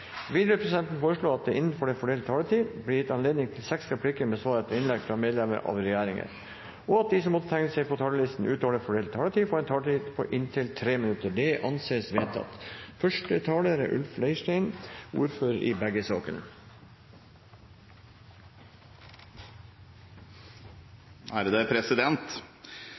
vil presidenten foreslå at det blir gitt anledning til fem replikker med svar etter innlegg fra medlemmer av regjeringen, innenfor den fordelte taletid, og at de som måtte tegne seg på talerlisten utover den fordelte taletid, får en taletid på inntil 3 minutter. – Det anses vedtatt. Som ordfører